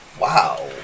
wow